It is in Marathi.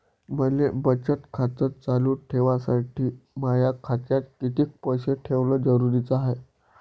मले बचत खातं चालू ठेवासाठी माया खात्यात कितीक पैसे ठेवण जरुरीच हाय?